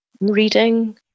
Reading